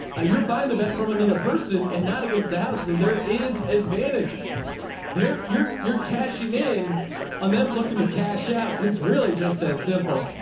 ah you're buying the bet from another person and not against the house. so there is advantages there. you're you're cashing in on them looking to cash out. it's really just that simple.